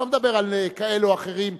אני לא מדבר על כאלה או אחרים,